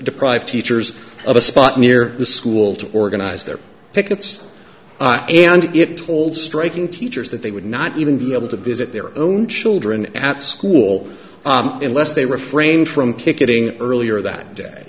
deprive teachers of a spot near the school to organize their pickets and it told striking teachers that they would not even be able to visit their own children at school unless they refrained from picketing earlier that day